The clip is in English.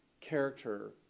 character